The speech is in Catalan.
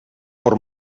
per